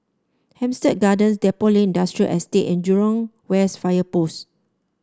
Hampstead Gardens Depot Lane Industrial Estate and Jurong West Fire Post